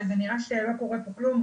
וזה נראה שלא קורה פה כלום,